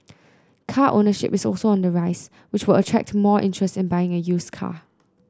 car ownership is also on the rise which will attract more interest in buying a used car